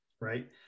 Right